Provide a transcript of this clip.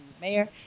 mayor